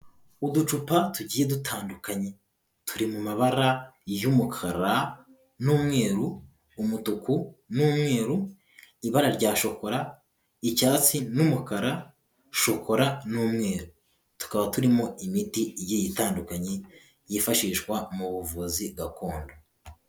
Uducupa tugiye dutandukanye. Turi mu mabara y'umukara n'umweru, umutuku n'umweru, ibara rya shokora, icyatsi n'umukara , shokora, n'umweru. Tukaba turimo imiti ye itandukanye yifashishwa mu buvuzi gakondo.